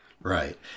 Right